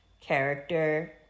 character